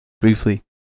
briefly